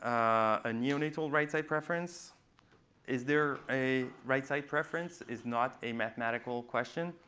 a neonatal right-side preference is there a right side preference? is not a mathematical question.